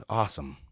awesome